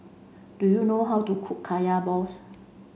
do you know how to cook kaya balls